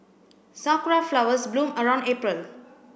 sakura flowers bloom around April